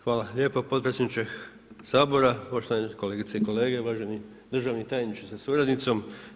Hvala lijepa potpredsjedniče Sabora, poštovane kolegice i kolege, uvaženi državni tajniče sa suradnicom.